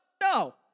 No